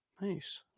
Nice